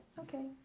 Okay